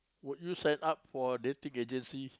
would you set up for dating agency